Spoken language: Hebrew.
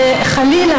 חלילה,